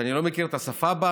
שאני לא מכיר את השפה בה,